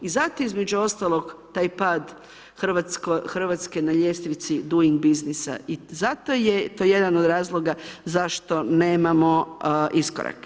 I zato između ostalog taj pad Hrvatske na ljestvici doing businessa i zato je to jedan od razloga zašto nemamo iskorak.